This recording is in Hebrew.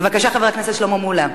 בבקשה, חבר הכנסת שלמה מולה,